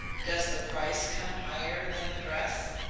does the price come higher than the dress?